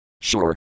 Sure